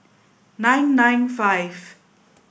nine nine five